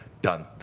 Done